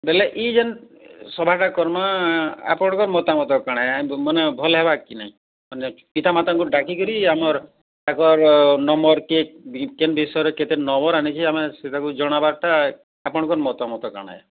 ବୋଲେ ଇଜେନ୍ ସଭାଟା କରମା ଆପଣଙ୍କ ମତାମତ କାଣା ମାନେ ଭଲ ହବା କି ନାଇଁ ପିତାମାତାଙ୍କୁ ଡାକିକିରି ଆମର ତାଙ୍କର ନମ୍ବରକେ କେନ୍ ବିଷୟରେ କେତେ ନମ୍ବର୍ ଆଣିଛେ ଆମେ ସେଟାକୁ ଜଣାବାରଟା ଆପଣଙ୍କ ମତାମତ କାଣା ଏ